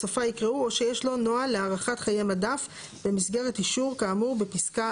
בסופה יקראו "או שיש לו נוהל להארכת חיי מדף במסגרת אישור כאמור בפסקה